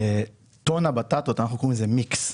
בטון בטטות, אנחנו קוראים לזה מיקס,